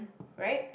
right